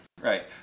right